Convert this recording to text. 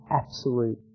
absolute